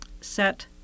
set